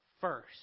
first